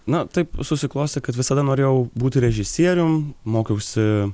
na taip susiklostė kad visada norėjau būti režisierium mokiausi